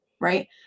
Right